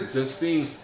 Justine